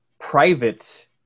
private